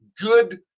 good